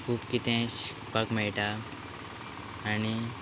खूब कितें शिकपाक मेळटा आनी